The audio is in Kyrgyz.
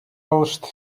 алышты